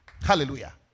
Hallelujah